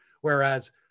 whereas